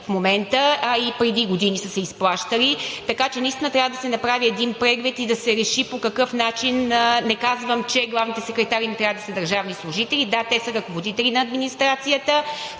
в момента, а и преди години са се изплащали. Така че наистина трябва да се направи един преглед и да се реши по какъв начин… Не казвам, че главните секретари не трябва да са държавни служители, да, те са ръководители на администрацията,